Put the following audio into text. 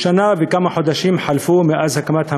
שנה וכמה חודשים חלפו מאז הקמת הממשלה,